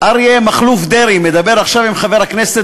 אריה מכלוף דרעי מדבר עכשיו עם חבר הכנסת,